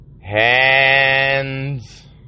Hands